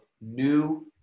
new